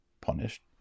punished